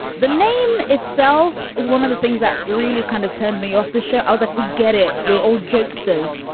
the name itself is one of the things that really kind of turned me off the show. i was like, we get it. you're old jokesters.